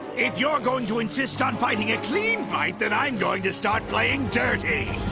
if you're going to insist on fighting a clean fight, then i'm going to start playing dirty.